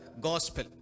gospel